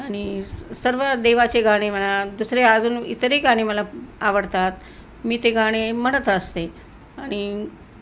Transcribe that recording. आणि सर्व देवाचे गाणे म्हणा दुसरे अजून इतरही गाणे मला आवडतात मी ते गाणे म्हणत असते आणि